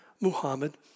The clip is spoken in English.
Muhammad